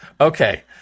Okay